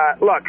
Look